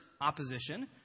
opposition